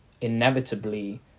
inevitably